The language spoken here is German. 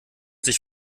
sich